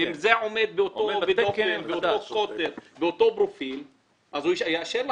אם זה עומד באותו התקן והקוטר ואותו הגוף אז הוא יאשר לך.